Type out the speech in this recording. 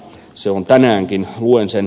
se on tänäänkin luen sen